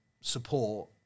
support